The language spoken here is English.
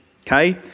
Okay